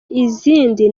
izindi